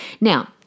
Now